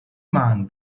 man